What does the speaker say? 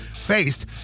faced